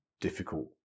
difficult